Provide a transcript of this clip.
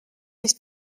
nicht